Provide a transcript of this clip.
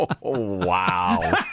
Wow